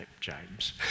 James